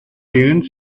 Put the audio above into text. parents